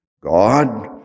God